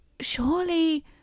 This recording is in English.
surely